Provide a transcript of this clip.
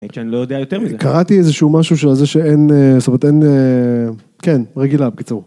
קראתי איזה שהוא משהו של זה שאין, זאת אומרת, אין, כן רגילה בקיצור